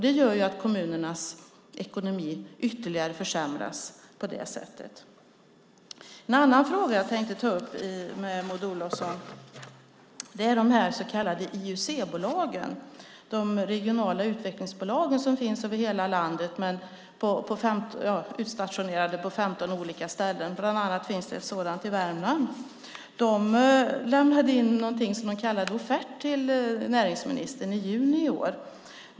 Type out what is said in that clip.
Det gör ju att kommunernas ekonomi ytterligare försämras. En annan fråga jag tänkte ta upp med Maud Olofsson är de så kallade IUC-bolagen, de regionala utvecklingsbolag som finns över hela landet utstationerade på 15 olika ställen. Bland annat finns det ett sådant i Värmland. De lämnade in något som de kallade offert till näringsministern i juni i år.